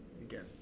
again